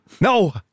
No